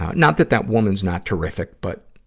not that that woman is not terrific, but,